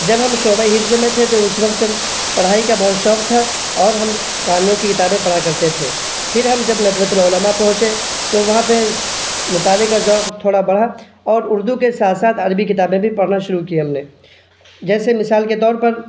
جب ہم شعبۂ حفظ میں تھے تو اس وقت پڑھائی کا بہت شوق تھا اور ہم کہانیوں کی کتابیں پڑھا کرتے تھے پھر ہم ندوۃ العلما پہنچے تو وہاں پہ مطالعے کا ذوق تھوڑا بڑھا اردو کے ساتھ ساتھ عربی کتابیں بھی پڑھنا شروع کی ہم نے جیسے مثال کے طور پر